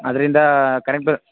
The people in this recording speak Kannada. ಅದರಿಂದಾ ಕರೆಂಟ್ ಬಿಲ್